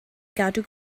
gadw